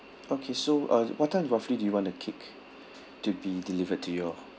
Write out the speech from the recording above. okay so uh what time roughly do you want the cake to be delivered to y'all